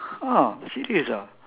ah serious ah